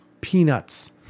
Peanuts